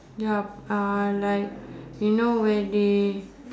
ya uh like you know where they